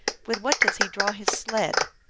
with what does he draw his sled?